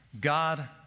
God